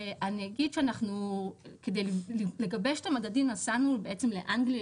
אני אגיד שכדי לגבש את המדדים אנחנו נסענו לאנגליה,